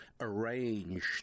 arranged